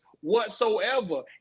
whatsoever